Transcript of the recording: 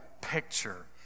picture